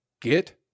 get